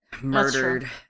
murdered